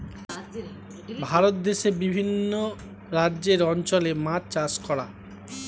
ভারত দেশে বিভিন্ন রাজ্যের অঞ্চলে মাছ চাষ করা